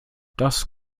das